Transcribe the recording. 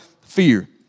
fear